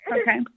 Okay